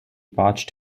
parched